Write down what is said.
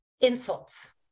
insults